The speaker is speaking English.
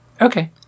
Okay